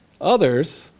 Others